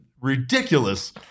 ridiculous